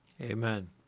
Amen